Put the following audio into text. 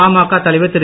பாமக தலைவர் திரு